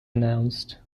announced